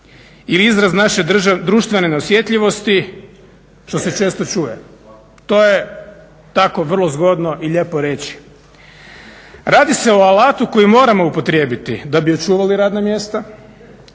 ili izraz naše društvene neosjetljivosti što se često čuje. To je tako vrlo zgodno i lijepo reći. Radi se o alatu koji moramo upotrijebiti da bi očuvali radna mjesta,